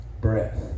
breath